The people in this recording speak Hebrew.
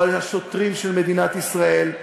או על השוטרים של מדינת ישראל,